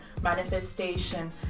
manifestation